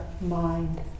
mind